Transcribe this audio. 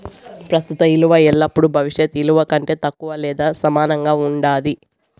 ప్రస్తుత ఇలువ ఎల్లపుడూ భవిష్యత్ ఇలువ కంటే తక్కువగా లేదా సమానంగా ఉండాది